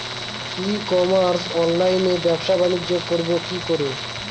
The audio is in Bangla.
ই কমার্স অনলাইনে ব্যবসা বানিজ্য করব কি করে?